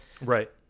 Right